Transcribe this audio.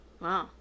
Wow